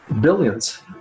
billions